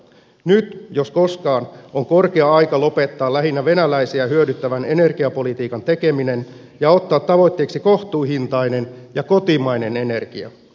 nyt jos koskaan on korkea aika lopettaa lähinnä venäläisiä hyödyttävän energiapolitiikan tekeminen ja ottaa tavoitteeksi kohtuuhintainen ja kotimainen energia